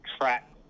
track